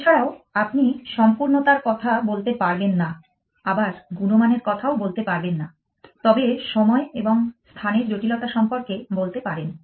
এছাড়াও আপনি সম্পূর্ণতার কথা বলতে পারবেন না আবার গুণমানের কথাও বলতে পারবেন না তবে সময় এবং স্থানের জটিলতা সম্পর্কে বলতে পারেন